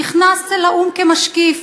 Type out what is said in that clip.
נכנס אל האו"ם כמשקיף.